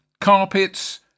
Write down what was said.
carpets